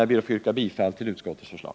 Jag ber att få yrka bifall till utskottets förslag.